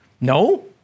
No